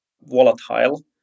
volatile